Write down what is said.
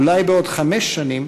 אולי בעוד חמש שנים,